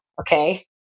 Okay